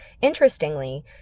Interestingly